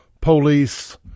Police